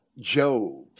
jove